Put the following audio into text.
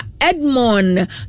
Edmond